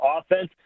offense